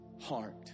heart